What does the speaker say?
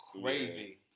crazy